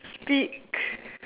speak